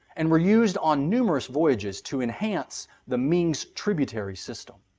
and were used on numerous voyages to enhance the ming's tributary system.